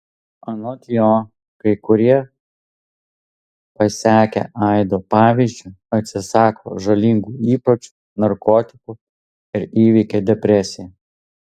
anot jo kai kurie pasekę aido pavyzdžiu atsisako žalingų įpročių narkotikų ir įveikia depresiją